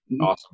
Awesome